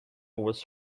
was